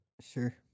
Sure